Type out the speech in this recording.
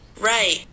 right